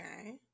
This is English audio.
Okay